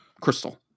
crystal